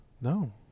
No